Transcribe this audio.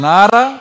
Nara